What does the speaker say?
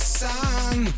sun